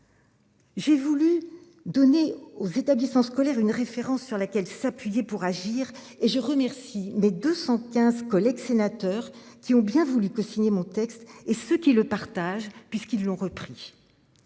J'ai voulu donner aux établissements scolaires une référence sur laquelle s'appuyer pour agir et je remercie les 215 collègues sénateurs qui ont bien voulu signé mon texte et ceux qui le partage puisqu'ils l'ont repris.